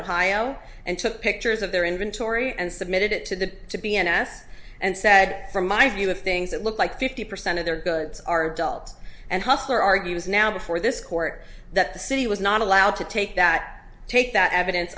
ohio and took pictures of their inventory and submitted it to the to b s and said from my view of things that look like fifty percent of their goods are dealt and hustler argues now before this court that the city was not allowed to take that take that evidence